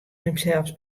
himsels